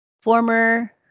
former